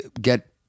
get